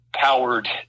powered